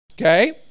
okay